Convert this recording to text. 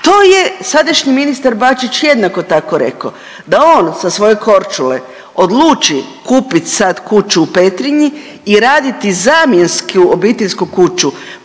to je sadašnji ministar Bačić jednako tako rekao, da on sa svoje Korčule odluči kupiti sad kuću u Petrinji i raditi zamjensku obiteljsku kuću